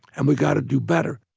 and we've got to do better